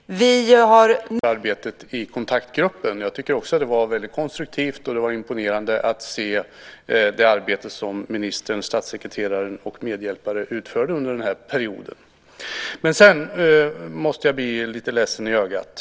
Herr talman! Först vill jag returnera tacket för arbetet i kontaktgruppen. Också jag tycker att det var väldigt konstruktivt. Det var imponerande att se det arbete som ministern, statssekreteraren och medhjälpare utfört under den här perioden. Men sedan blir jag "lite ledsen i ögat".